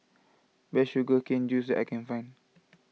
the Sugar Cane Juice that I can find